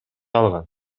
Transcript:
алган